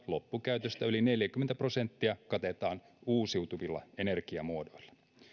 loppukäytöstä yli neljäkymmentä prosenttia katettiin uusiutuvilla energiamuodoilla